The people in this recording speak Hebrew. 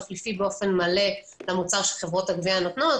תחליפי באופן מלא למוצר שחברות הגבייה נותנות,